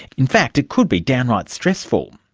in fact, it could be downright stressful.